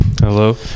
Hello